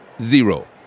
zero